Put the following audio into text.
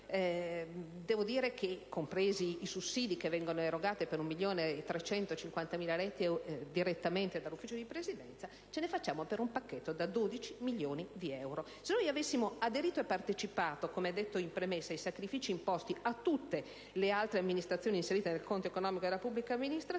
devo dire che, compresi i sussidi erogati per 1 milione e 350.000 euro direttamente dal Consiglio di Presidenza, ce ne facciamo per un pacchetto da 12 milioni di euro. Se avessimo aderito e partecipato - come detto in premessa - ai sacrifici imposti a tutte le altre amministrazioni inserite nel conto economico della pubblica amministrazione